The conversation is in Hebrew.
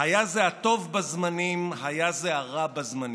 היה זה הטוב בזמנים, היה זה הרע בזמנים.